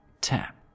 tap